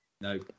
no